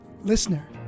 listener